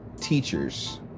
Teachers